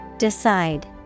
Decide